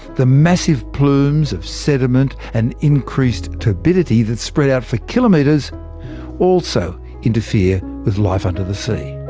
the massive plumes of sediment and increased turbidity that spread out for kilometres also interfere with life under the sea.